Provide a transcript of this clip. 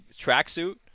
tracksuit